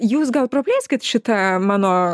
jūs gal praplėskit šitą mano